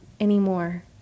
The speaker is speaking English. anymore